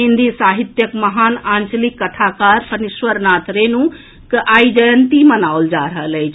हिन्दी साहित्यक महान आंचलिक कथाकार फणीश्वरनाथ रेणुक आइ जयंती मनाओल जा रहल अछि